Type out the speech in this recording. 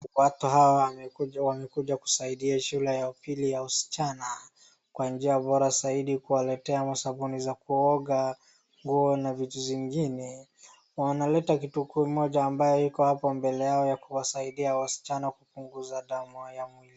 Watu hawa wamekuja kusaidia shule ya upili ya wasichana kwa njia bora zaidi kuwaletea masabuni za kuoga, nguo na vitu zingine. Wanaleta kitu kuu moja ambayo iko hapo mbele yao ya kuwasaidia wasichana kupunguza damu ya mwili.